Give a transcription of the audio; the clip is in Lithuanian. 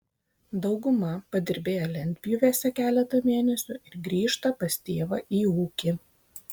dauguma padirbėja lentpjūvėse keletą mėnesių ir grįžta pas tėvą į ūkį